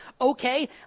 okay